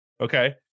Okay